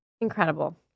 Incredible